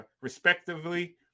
respectively